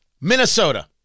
Minnesota